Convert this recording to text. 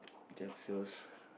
jump sales